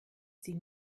sie